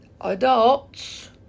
adults